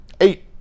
Eight